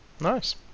nice